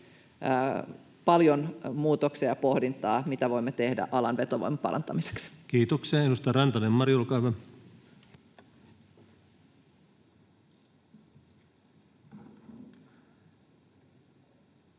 paljon muutoksia ja pohdintaa, mitä voimme tehdä alan vetovoiman parantamiseksi. Kiitoksia. — Edustaja Rantanen, Mari, olkaa hyvä. Arvoisa